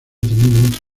tenido